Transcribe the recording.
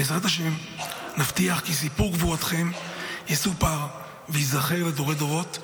בעזרת השם נבטיח כי סיפור גבורתכם יסופר וייזכר לדורי דורות.